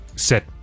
set